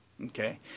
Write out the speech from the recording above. Okay